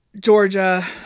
Georgia